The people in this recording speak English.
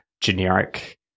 generic